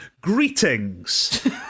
greetings